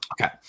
Okay